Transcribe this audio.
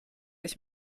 ich